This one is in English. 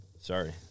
Sorry